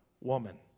woman